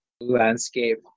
landscape